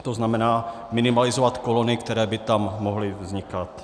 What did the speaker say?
To znamená, minimalizovat kolony, které by tam mohly vznikat.